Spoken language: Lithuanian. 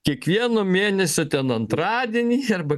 kiekvieno mėnesio ten antradienį arba